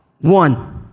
one